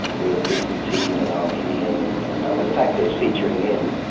with byzantine and armenian and and other factors featuring in,